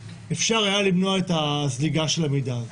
אפשר היה למנוע את הזליגה של המידע הזה,